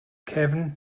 cefn